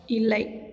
இல்லை